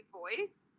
voice